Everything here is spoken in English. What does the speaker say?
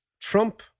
Trump